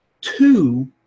Two